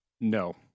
No